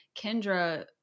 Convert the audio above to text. Kendra